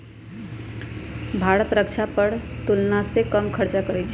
भारत रक्षा पर तुलनासे कम खर्चा करइ छइ